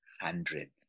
hundreds